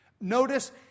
Notice